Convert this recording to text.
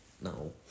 No